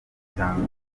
cyangwa